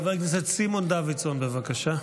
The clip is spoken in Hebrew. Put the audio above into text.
חבר הכנסת סימון דוידסון, בבקשה.